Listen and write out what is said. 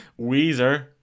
Weezer